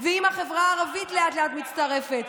ואם החברה הערבית לאט-לאט מצטרפת,